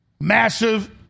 massive